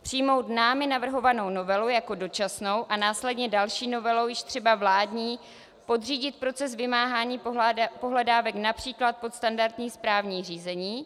Přijmout námi navrhovanou novelu jako dočasnou a následně další novelou, již třeba vládní, podřídit proces vymáhání pohledávek například pod standardní správní řízení.